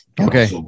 Okay